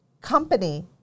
company